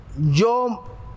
Yo